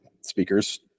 speakers